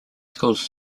schools